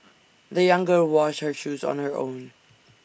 the young girl washed her shoes on her own